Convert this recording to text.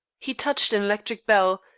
he touched an electric bell,